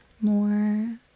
more